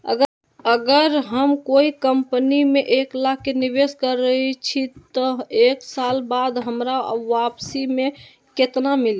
अगर हम कोई कंपनी में एक लाख के निवेस करईछी त एक साल बाद हमरा वापसी में केतना मिली?